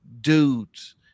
dudes